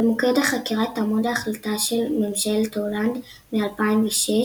במוקד החקירה תעמוד החלטה של ממשלת הולנד מ־2006,